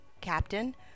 Captain